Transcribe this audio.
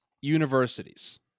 universities